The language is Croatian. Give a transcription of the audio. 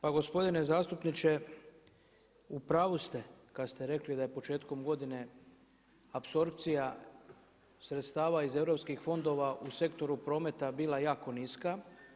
Pa gospodine zastupniče, u pravu ste kada ste rekli da je početkom godine apsorpcija sredstava iz europskih fondova u sektoru prometa bila jako niska.